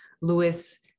Lewis